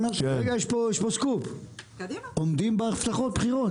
יש פה סקופ, עומדים בהבטחות הבחירות.